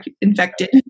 infected